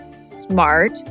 smart